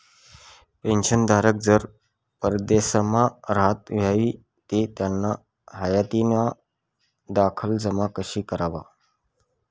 पेंशनधारक जर परदेसमा राहत व्हयी ते त्याना हायातीना दाखला जमा कशा करवा?